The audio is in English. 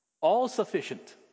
all-sufficient